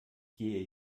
gehe